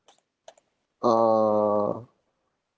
err